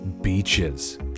Beaches